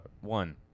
one